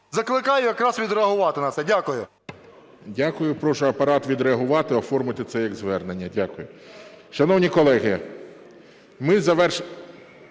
закликаю якраз відреагувати на це. Дякую. ГОЛОВУЮЧИЙ. Дякую. Прошу Апарат відреагувати, оформити це як звернення. Дякую. Шановні колеги, ми завершили...